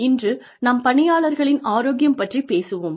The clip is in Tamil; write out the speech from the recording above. இன்று நாம் பணியாளர்களின் ஆரோக்கியம் பற்றிப் பேசுவோம்